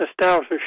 nostalgia